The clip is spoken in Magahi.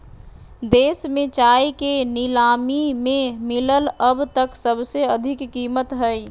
देश में चाय के नीलामी में मिलल अब तक सबसे अधिक कीमत हई